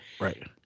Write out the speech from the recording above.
right